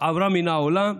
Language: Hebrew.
עברה מן העולם?